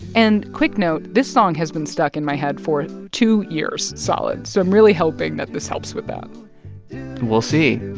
and quick note this song has been stuck in my head for two years solid, so i'm really hoping that this helps with that we'll see